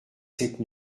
cette